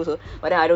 ya